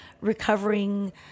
recovering